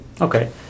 Okay